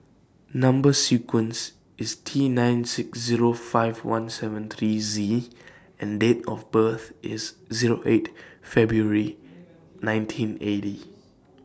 Number sequence IS T nine six Zero five one seven three Z and Date of birth IS Zero eight February nineteen eighty